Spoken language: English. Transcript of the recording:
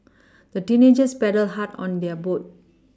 the teenagers paddled hard on their boat